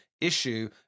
issue